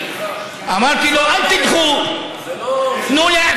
ואמרתי לו: אל תדחו,